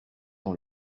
dans